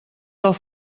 del